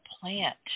plant